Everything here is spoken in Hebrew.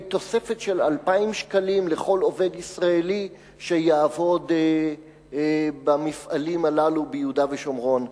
תוספת של 2,000 שקלים לכל עובד ישראלי שיעבוד במפעלים הללו ביהודה ושומרון.